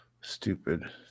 Stupid